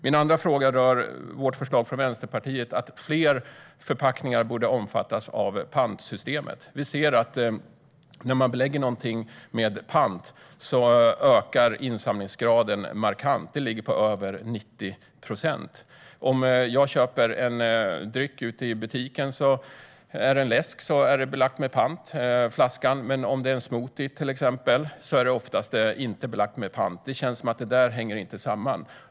Min andra fråga rör Vänsterpartiets förslag om att fler förpackningar ska omfattas av pantsystemet. Vi ser att insamlingsgraden ökar markant när man belägger någonting med pant - den ligger på över 90 procent. Om jag köper en läsk i butiken är flaskan belagd med pant, men om jag köper en smoothie är flaskan oftast inte belagd med pant. Det känns som att detta inte hänger samman.